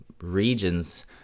regions